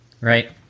Right